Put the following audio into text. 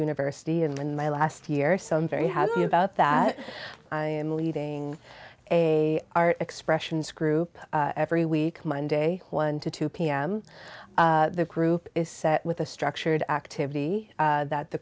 university and my last year so i'm very happy about that i am leading a our expressions group every week monday one to two pm the group is set with a structured activity that the